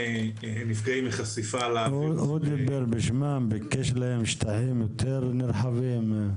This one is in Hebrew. הוא דיבר בשמם, ביקש שטחים יותר נרחבים.